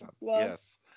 Yes